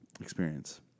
experience